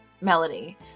melody